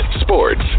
sports